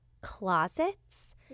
closets